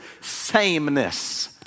sameness